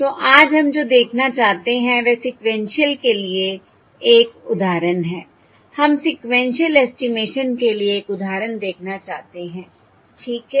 तो आज हम जो देखना चाहते हैं वह सीक्वेन्शिअल के लिए एक उदाहरण है हम सीक्वेन्शिअल एस्टिमेशन के लिए एक उदाहरण देखना चाहते हैं ठीक है